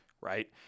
right